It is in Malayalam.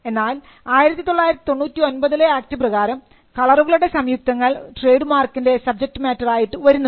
എന്നാൽ 1999 ലെ ആക്ട് പ്രകാരം കളറുകളുടെ സംയുക്തങ്ങൾ ട്രേഡ് മാർക്കിൻറെ സബ്ജക്റ്റ് മാറ്റർ ആയിട്ട് വരുന്നുണ്ട്